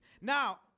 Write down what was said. Now